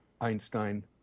Einstein